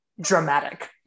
dramatic